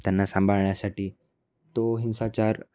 त्यांना सांभाळण्यासाठी तो हिंसाचार